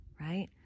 Right